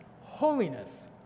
holiness